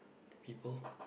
people